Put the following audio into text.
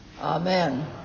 Amen